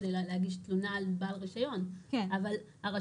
נושא משרה בכירה בבעל הרישיון או בבעל היתר